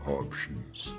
options